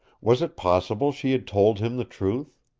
was it possible she had told him the truth?